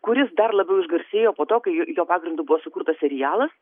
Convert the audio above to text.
kuris dar labiau išgarsėjo po to kai j jo pagrindu buvo sukurtas serialas